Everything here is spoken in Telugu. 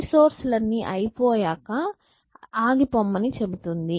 రిసోర్స్ లన్ని అయిపోయాక ఆగి పొమ్మని చెబుతాం